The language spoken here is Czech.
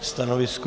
Stanovisko?